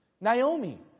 Naomi